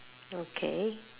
okay